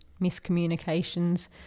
miscommunications